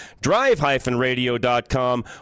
drive-radio.com